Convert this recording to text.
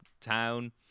town